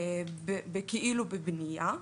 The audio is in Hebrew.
כביכול בבנייה,